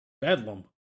Bedlam